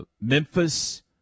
Memphis